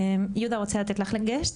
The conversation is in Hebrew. רוצה לתת לך גט,